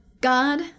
God